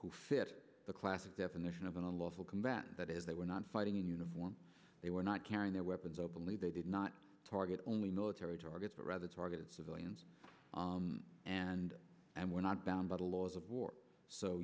who fit the classic definition of an unlawful combatant that is they were not fighting in uniform they were not carrying their weapons openly they did not target only military targets but rather targeted civilians and were not bound by the laws of war so